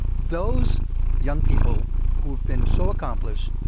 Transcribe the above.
those young people who have been so accomplished,